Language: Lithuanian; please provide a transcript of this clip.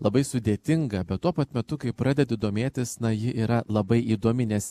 labai sudėtinga bet tuo pat metu kai pradedi domėtis na ji yra labai įdomi nes